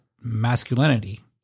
Masculinity